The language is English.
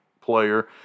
player